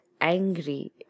angry